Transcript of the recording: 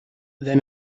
then